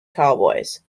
cowboys